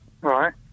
Right